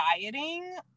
dieting